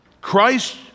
Christ